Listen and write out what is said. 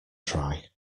dry